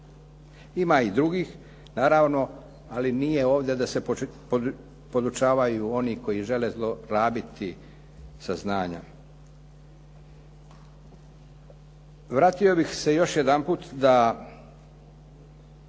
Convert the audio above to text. Ima i drugih, naravno, ali nije ovdje da se podučavaju oni koji žele zlorabiti saznanja. Vratio bih se još jedanput da